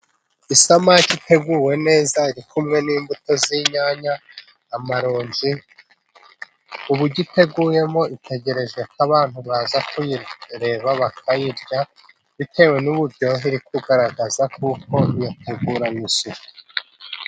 Isamaki iteguwe neza, iri kumwe n'imbuto z'inyanya, n'amaronji. Uburyo iteguwemo itegereje ko abantu, baza kuyireba bakayirya, bitewe n'uburyohe iri kugaragaza, kuko yateguranwe isuku.